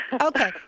Okay